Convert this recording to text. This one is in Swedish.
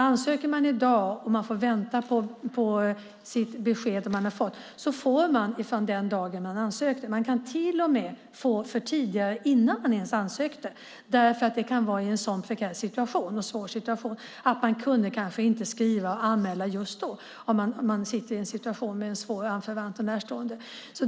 Ansöker man i dag och får vänta på sitt besked får man ersättning från den dag man har ansökt. Man kan till och med få för tid innan man ens ansökte, därför att det kan vara en sådan prekär och svår situation. Man kanske inte kunde skriva och anmäla just då därför att man satt i en svår situation med en anförvant och närstående.